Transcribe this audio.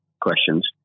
questions